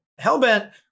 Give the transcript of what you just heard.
Hellbent